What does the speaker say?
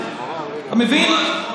אתה מבין?